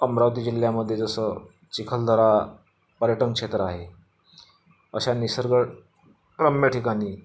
अमरावती जिल्ह्यामध्ये जसं चिखलदरा पर्यटनक्षेत्र आहे अशा निसर्गरम्य ठिकाणी